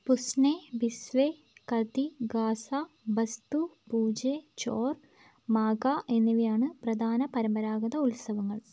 പുസ്നെ ബിസ്വെ കതി ഗാസ ബസ്തു പൂജെ ചോർ മാഗ എന്നിവയാണ് പ്രധാന പരമ്പരാഗത ഉത്സവങ്ങൾ